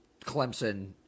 Clemson